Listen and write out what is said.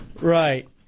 Right